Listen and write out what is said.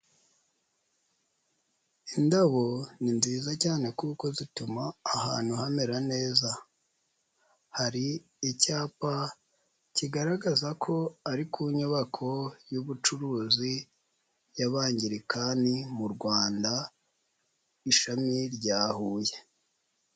Indabo ni nziza cyane kuko zituma ahantu hamera neza, hari icyapa kigaragaza ko ari ku nyubako y'ubucuruzi y'Abangilikani mu Rwanda ishami rya Huye.